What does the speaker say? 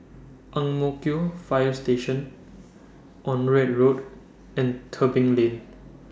Ang Mo Kio Fire Station Onraet Road and Tebing Lane